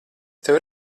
tevi